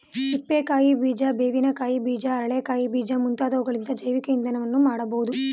ಹಿಪ್ಪೆ ಕಾಯಿ ಬೀಜ, ಬೇವಿನ ಕಾಯಿ ಬೀಜ, ಅರಳೆ ಕಾಯಿ ಬೀಜ ಮುಂತಾದವುಗಳಿಂದ ಜೈವಿಕ ಇಂಧನವನ್ನು ಮಾಡಬೋದು